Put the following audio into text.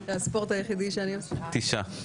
תשעה.